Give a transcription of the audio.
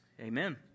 Amen